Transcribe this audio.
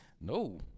No